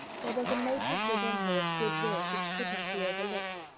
there was a motive within her of goodwill which could not be overlooked.